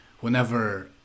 whenever